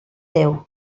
déu